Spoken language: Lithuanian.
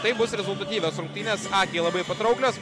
tai bus rezultatyvios rungtynės akiai labai patrauklios